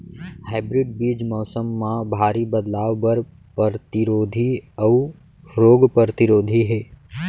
hybrid बीज मौसम मा भारी बदलाव बर परतिरोधी अऊ रोग परतिरोधी हे